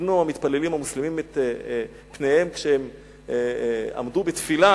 כיוונו המתפללים המוסלמים את פניהם כשהם עמדו בתפילה,